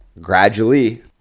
gradually